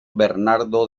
bernardo